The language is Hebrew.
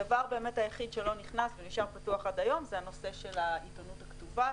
הדבר היחיד שלא נכנס ונשאר פתוח עד היום הוא הנושא של העיתונות הכתובה,